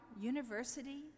university